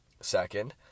Second